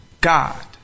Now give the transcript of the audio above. God